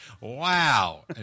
Wow